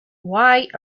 why